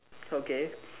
okay